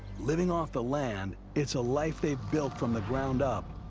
living off the land, it's a life they've built from the ground up,